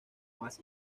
más